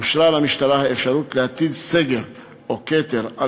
אושרה למשטרה האפשרות להטיל סגר או כתר על